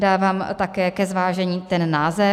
Dávám také ke zvážení ten název.